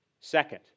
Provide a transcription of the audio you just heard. Second